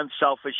unselfish